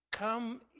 Come